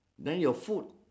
then your food